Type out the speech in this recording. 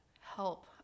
help